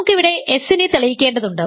നമുക്കിവിടെ S നെ തെളിയിക്കേണ്ടതുണ്ട്